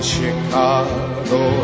Chicago